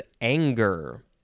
anger